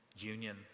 union